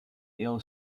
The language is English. ill